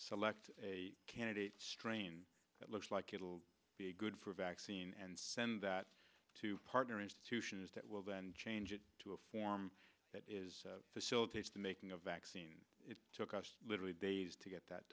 select a candidate strain that looks like it'll be good for vaccine and send that to partner institutions that will then change it to a form that is facilitates to making a vaccine it took us literally days to get that